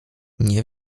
nie